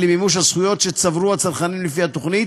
למימוש הזכויות שצברו הצרכנים לפי התוכנית,